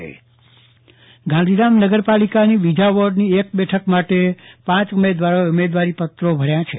ચન્દ્રવદન પટ્ટણી નગરપાલિકા પેટા ચૂંટણી ગાંધીધામ નગરપાલિકાની બીજા વોર્ડની એક બેઠક માટે પાંચ ઉમેદવારોએ ઉમેદવારીપત્રો ભર્યા છે